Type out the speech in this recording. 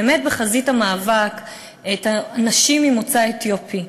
בחזית המאבק את הנשים ממוצא אתיופי.